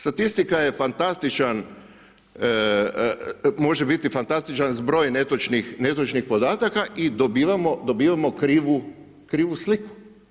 Statistika je fantastičan, može biti fantastičan zbroj netočnih podataka i dobivamo krivu sliku.